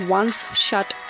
once-shut